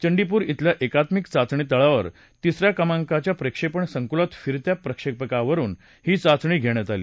चंडीपूर इथल्या एकात्मिक चाचणी तळावर तिसऱ्या क्रमांकाच्या प्रक्षेपण संकुलात फिरत्या प्रक्षेपकावरून ही चाचणी घेण्यात आली